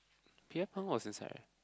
Pierre-Png was inside